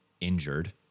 injured